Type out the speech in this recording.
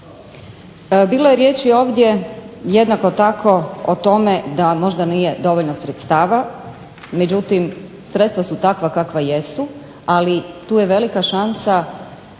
Bilo je riječi ovdje jednako tako o tome da možda nije dovoljno sredstava, međutim sredstva su takva kakva jesu, ali tu je velika šansa